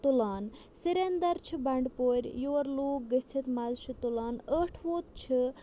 تُلان سریندَر چھِ بَنڈٕپورِ یور لوٗکھ گٔژھِتھ مَزٕ چھِ تُلان ٲٹھ ووت چھِ